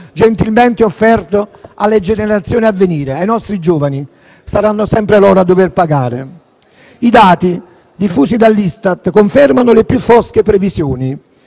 gentilmente offerto alle generazioni a venire, ai nostri giovani, perché saranno sempre loro a dover pagare. I dati diffusi dall'ISTAT confermano le più fosche previsioni: